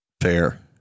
fair